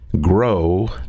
grow